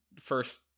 first